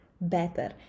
better